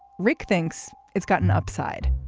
rick thinks it's gotten upside.